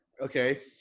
Okay